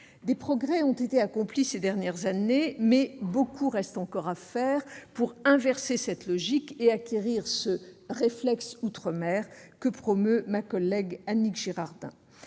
Des progrès ont été accomplis ces dernières années, mais beaucoup reste encore à faire pour inverser cette logique et acquérir ce « réflexe outre-mer » que promeut ma collègue Annick Girardin.